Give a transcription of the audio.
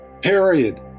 Period